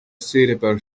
suitable